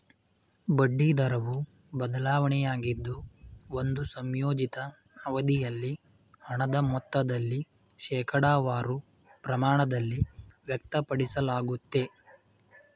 ಬಡ್ಡಿ ದರವು ಬದಲಾವಣೆಯಾಗಿದ್ದು ಒಂದು ಸಂಯೋಜಿತ ಅವಧಿಯಲ್ಲಿ ಹಣದ ಮೊತ್ತದಲ್ಲಿ ಶೇಕಡವಾರು ಪ್ರಮಾಣದಲ್ಲಿ ವ್ಯಕ್ತಪಡಿಸಲಾಗುತ್ತೆ